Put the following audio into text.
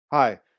Hi